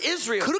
Israel